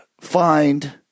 find